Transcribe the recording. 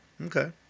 Okay